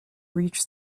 reached